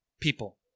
people